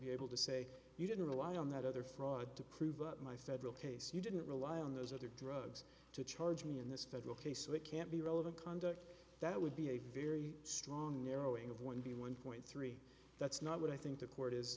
be able to say you didn't rely on that other fraud to prove up my federal case you didn't rely on those other drugs to charge me in this federal case so it can't be relevant conduct that would be a very strong narrowing of one b one point three that's not what i think the court is